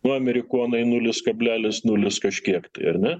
nu amerikonai nulis kablelis nulis kažkiek tai ar ne